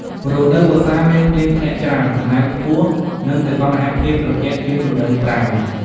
រដូវវស្សាមានភ្លៀងធ្លាក់ច្រើន សំណើមខ្ពស់ និងសីតុណ្ហភាពត្រជាក់ជាងរដូវប្រាំង។